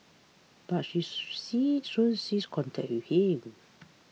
but she see soon ceased contact with him